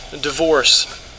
divorce